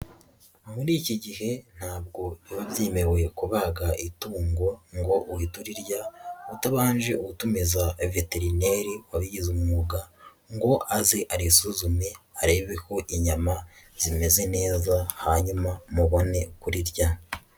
Muri iki gihe ntabwo biba byemewe kubaga itungo ngo uhite urirya, utabanje gutumiza veterineri wabigize umwuga, ngo aze arisuzume arebeho ko inyama zimeze neza, hanyuma mubone kurirya.